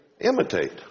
imitate